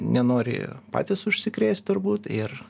nenori patys užsikrėst turbūt ir